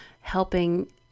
helping